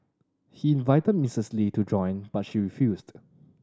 he invited Mistress Lee to join but she refused